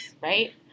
right